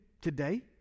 Today